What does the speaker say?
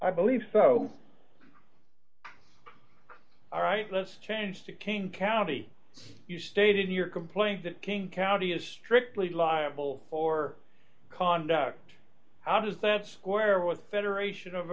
i believe so all right let's change to king county you stated in your complaint that king county is strictly liable for conduct how does that square with the federation of